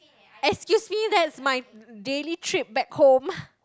excuse me that's my daily trip back home